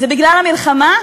זה בגלל המלחמה?